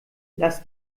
lass